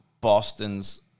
Boston's